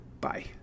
Bye